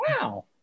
Wow